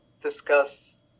discuss